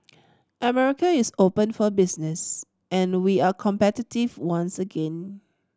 America is open for business and we are competitive once again